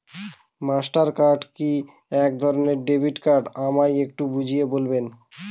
Master card কি একধরণের debit card আমায় একটু বুঝিয়ে বলবেন?